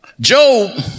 Job